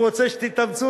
והוא רוצה שתתאמצו.